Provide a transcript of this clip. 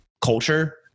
culture